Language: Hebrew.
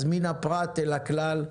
אז מן הפרט אל הכלל,